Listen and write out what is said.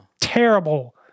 terrible